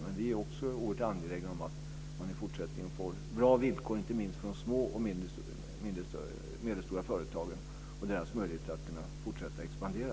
Men vi är också oerhört angelägna om att man i fortsättningen får bra villkor inte minst för de små och medelstora företagen och deras möjligheter att fortsätta expandera.